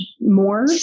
more